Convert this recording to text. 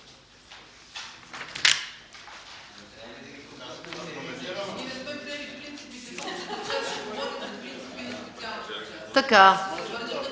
Така